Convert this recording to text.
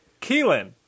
Keelan